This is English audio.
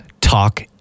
talk